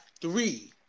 three